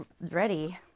ready